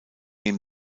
ihm